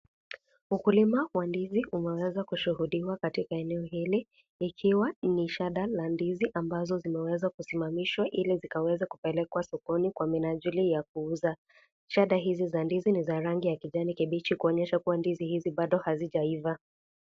Ukulima wa ndizi umeweza kushuhudiwa katika eneo hili ikiwa ni shada la ndizi ambazo zimeweza kusimamishwa ili zikaweza kupelekwa sokoni kwa minajili ya kuuza. Shada hizi za ndizi ni za rangi ya kijani kibichi kuonyesha kuwa ndizi hizi bado hazijaiva.